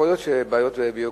יכול להיות שיש בעיות ביורוקרטיות.